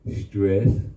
stress